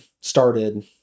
started